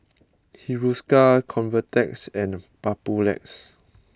Hiruscar Convatec and Papulex